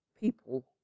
people